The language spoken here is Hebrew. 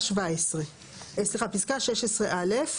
(16א)